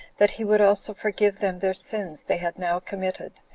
that he would also forgive them their sins they had now committed,